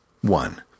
One